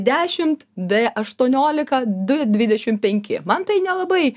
dešimt d aštuoniolika d dvidešim penki man tai nelabai